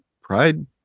pride